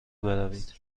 بروید